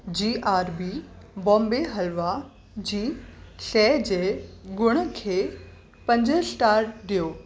जी R B Bombay halwa जी शइ जे गुण खे पंज स्टार ॾियो